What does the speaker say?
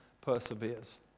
perseveres